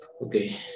Okay